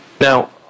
Now